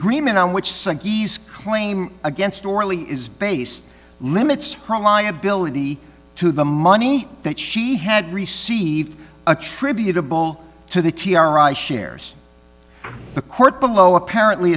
agreement on which psyches claim against orally is base limits liability to the money that she had received attributable to the t r i shares the court below apparently